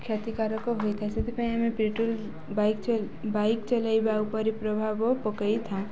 କ୍ଷତିକାରକ ହୋଇଥାଏ ସେଥିପାଇଁ ଆମେ ପେଟ୍ରୋଲ ବାଇକ୍ ଚ ବାଇକ୍ ଚଲେଇବା ଉପରେ ପ୍ରଭାବ ପକେଇଥାଉ